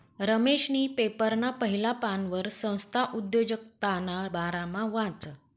रमेशनी पेपरना पहिला पानवर संस्था उद्योजकताना बारामा वाचं